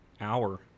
hour